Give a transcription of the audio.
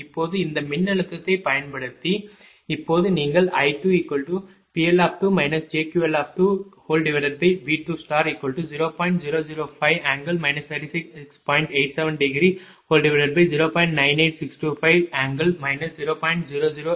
இப்போது இந்த மின்னழுத்தத்தைப் பயன்படுத்தி இப்போது நீங்கள் i2PL2 jQL2V20